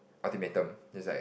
ultimatum is like